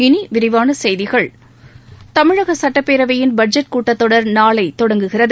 இனி விரிவான செய்திகள் தமிழக சுட்டப்பேவையின் பட்ஜெட் கூட்டத் தொடர் நாளை தொடங்குகிறது